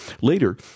Later